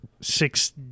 six